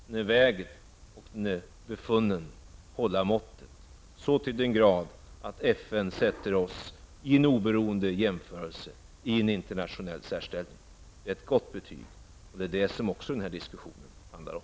Den är vägd och befunnen hålla måttet så till den grad att FN i en oberoende jämförelse sätter oss i en internationell särställning. Det är ett gott betyg. Det är också det som den här diskussionen handlar om.